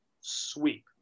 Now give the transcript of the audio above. sweep